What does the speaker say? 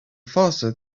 faster